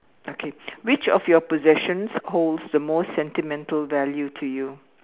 okay which of your possession holds the most sentimental value to you